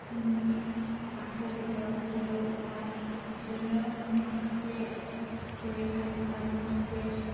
जोंनि बाक्सा जिल्लायाव फैयो अब्ला बिसोरनो जोंनि माखासे जेरै हारिमुवारि माखासे